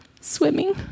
swimming